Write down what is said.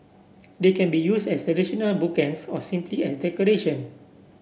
they can be used as traditional bookends or simply as decoration